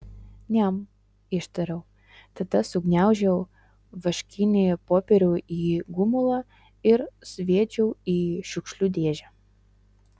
niam ištariau tada sugniaužiau vaškinį popierių į gumulą ir sviedžiau į šiukšlių dėžę